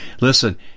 Listen